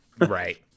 right